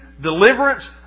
deliverance